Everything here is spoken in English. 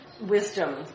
wisdom